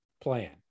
plan